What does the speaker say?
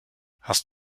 hast